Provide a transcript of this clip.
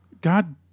God